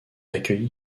accueilli